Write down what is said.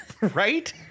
right